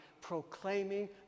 proclaiming